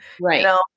Right